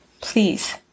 please